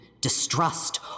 distrust